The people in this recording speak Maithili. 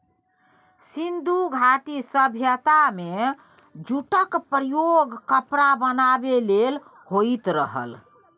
सिंधु घाटी सभ्यता मे जुटक प्रयोग कपड़ा बनाबै लेल होइत रहय